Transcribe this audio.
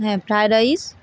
হ্যাঁ fried rice